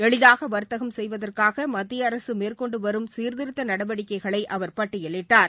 எளிதாக வர்த்தகம் செய்வதற்காக மத்திய அரசு மேற்கொண்டுவரும் சீர்த்திருத்த நடவடிக்கைகளை அவர் பட்டியலிட்டார்